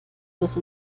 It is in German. plus